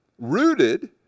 rooted